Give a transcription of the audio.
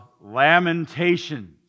Lamentations